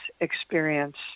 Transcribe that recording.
experience